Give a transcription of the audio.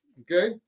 okay